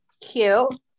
Cute